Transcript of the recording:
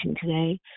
today